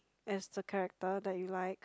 as the character that you like